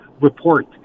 report